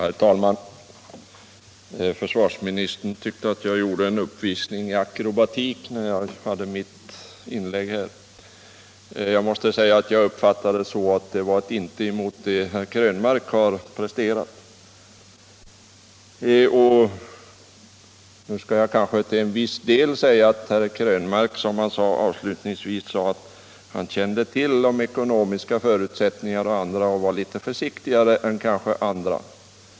Herr talman! Försvarsministern tyckte att mitt inlägg var en uppvisning i akrobatik. Jag tycker det var ett intet mot vad herr Krönmark har presterat. Herr Krönmark sade avslutningsvis att han kände till de ekonomiska förutsättningarna och kanske därför var litet försiktigare än andra.